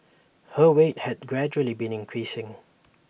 her weight has gradually been increasing